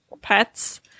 Pets